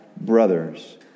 brothers